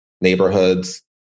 neighborhoods